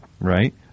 right